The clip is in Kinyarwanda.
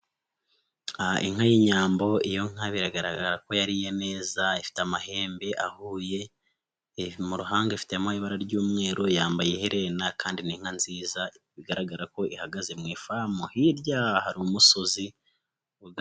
Inka y'inyambo, iyo nka isa nkiyariye neza ifite amahembe ahuye mu ruhanga kandi ifitemo ibara ry'umweru yambaye iherena kandi n'inka nziza kandi ihagaze mu ifamu hirya hari umusozi.